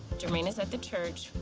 jermaine is at the church,